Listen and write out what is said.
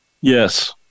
yes